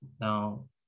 Now